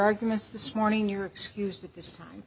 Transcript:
arguments this morning you're excused at this time